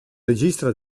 regista